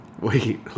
wait